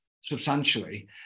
substantially